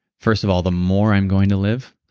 first of all, the more i'm going to live.